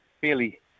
fairly